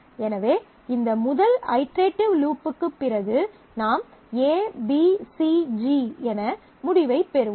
எனவே இந்த முதல் ஐட்ரெட்டிவ் லூப்புக்குப் பிறகு நாம் ABCG என முடிவைப் பெறுவோம்